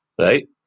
right